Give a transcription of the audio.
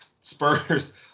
Spurs